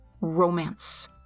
romance